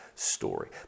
story